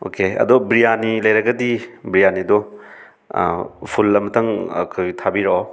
okay ꯑꯗꯣ ꯕꯤꯔꯌꯥꯅꯤ ꯂꯩꯔꯒꯗꯤ ꯕꯤꯔꯌꯥꯅꯤꯗꯣ ꯐꯨꯜ ꯑꯝꯇꯪ ꯑꯩꯈꯣꯏꯒꯤ ꯊꯥꯕꯤꯔꯛꯑꯣ